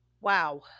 Wow